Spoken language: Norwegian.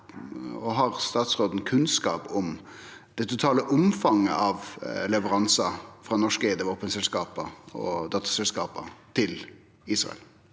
og har statsråden kunnskap om, det totale omfanget av leveransar frå norskeigde våpenselskap og dotterselskap til Israel?